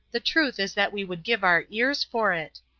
the truth is that we would give our ears for it.